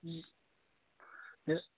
ए